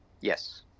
Yes